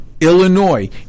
Illinois